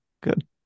good